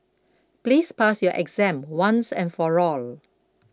please pass your exam once and for all